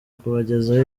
kubagezaho